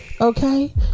Okay